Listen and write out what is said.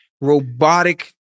robotic